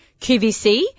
QVC